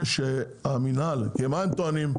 המינהל, מה הם טוענים?